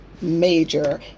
major